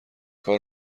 کار